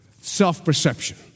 self-perception